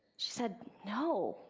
said, no.